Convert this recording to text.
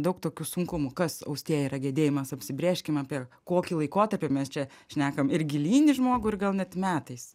daug tokių sunkumų kas austėja yra gedėjimas apsibrėžkim apie kokį laikotarpį mes čia šnekam ir gilyn į žmogų ir gal net metais